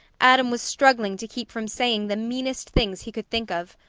adam was struggling to keep from saying the meanest things he could think of.